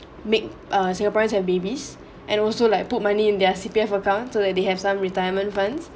make err singaporeans have babies and also like put money in their C_P_F accounts so that they have some retirement funds